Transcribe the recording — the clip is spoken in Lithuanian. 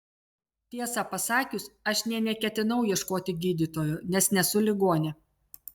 tiesą pasakius aš nė neketinau ieškoti gydytojo nes nesu ligonė